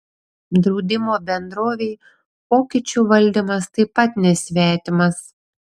draudimo bendrovei pokyčių valdymas taip pat nesvetimas